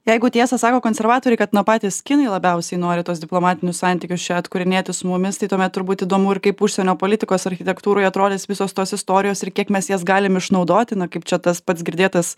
jeigu tiesą sako konservatoriai kad na patys kinai labiausiai nori tuos diplomatinius santykius čia atkūrinėti su mumis tai tuomet turbūt įdomu ir kaip užsienio politikos architektūroj atrodys visos tos istorijos ir kiek mes jas galim išnaudoti na kaip čia tas pats girdėtas